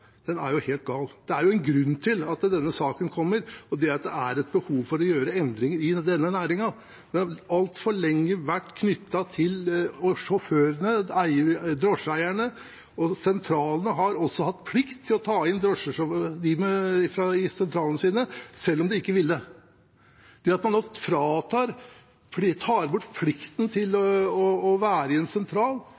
er helt gal. Det er jo en grunn til at denne saken kommer, og det er at det er behov for å gjøre endringer i denne næringen. Det har altfor lenge vært knyttet til sjåførene og drosjeeierne, og sentralene har hatt plikt til å ta dem inn i sentralene sine selv om de ikke ville. Det at man nå tar bort plikten til